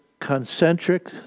concentric